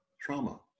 trauma